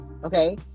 Okay